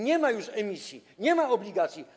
Nie ma już emisji, nie ma obligacji.